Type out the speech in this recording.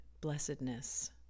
Blessedness